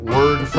Word